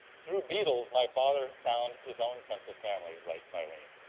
through beetles, my father found his own sense of family, writes eileen,